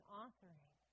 authoring